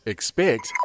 Expect